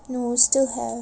no still have